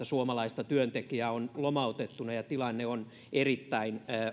suomalaista työntekijää on lomautettuna ja tilanne on erittäin